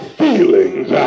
feelings